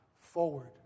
forward